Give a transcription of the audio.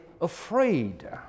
afraid